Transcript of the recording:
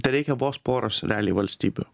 tereikia vos poros realiai valstybių